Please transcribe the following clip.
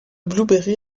blueberry